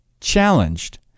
challenged